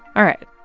all right.